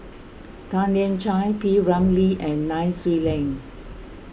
Tan Lian Chye P Ramlee and Nai Swee Leng